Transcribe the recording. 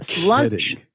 lunch